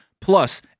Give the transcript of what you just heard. plus